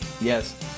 yes